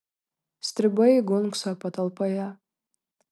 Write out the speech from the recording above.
stribai gunkso patalpoje